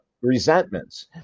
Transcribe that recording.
resentments